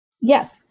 Yes